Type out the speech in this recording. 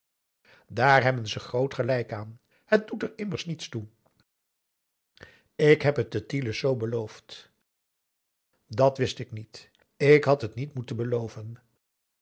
daar hebben ze groot gelijk aan het doet er immers niets toe ik heb het de tiele's z beloofd dat wist ik niet je hadt het niet moeten beloven